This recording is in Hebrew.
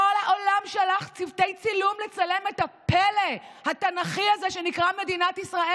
כל העולם שלח צוותי צילום לצלם את הפלא התנ"כי הזה שנקרא מדינת ישראל.